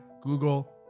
Google